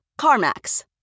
CarMax